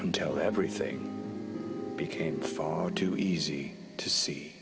until everything became far too easy to see